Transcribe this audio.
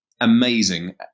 amazing